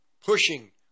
pushing